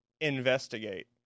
investigate